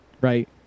right